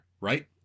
Right